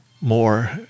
more